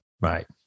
Right